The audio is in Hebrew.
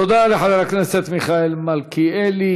תודה לחבר הכנסת מיכאל מלכיאלי.